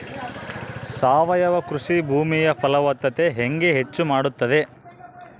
ಸಾವಯವ ಕೃಷಿ ಭೂಮಿಯ ಫಲವತ್ತತೆ ಹೆಂಗೆ ಹೆಚ್ಚು ಮಾಡುತ್ತದೆ?